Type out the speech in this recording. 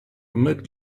mid